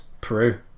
Peru